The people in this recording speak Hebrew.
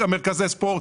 ומרכזי ספורט,